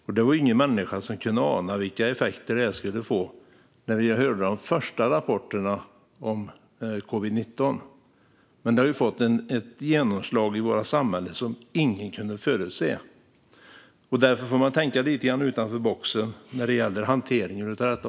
Det var ingen människa som kunde ana vilka effekter detta skulle få när vi hörde de första rapporterna om covid-19. Men det har fått ett genomslag i vårt samhälle som ingen kunde förutse. Därför får man tänka lite utanför boxen när det gäller hanteringen av detta.